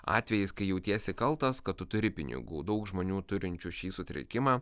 atvejis kai jautiesi kaltas kad tu turi pinigų daug žmonių turinčių šį sutrikimą